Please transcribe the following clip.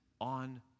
on